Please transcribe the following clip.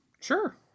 Sure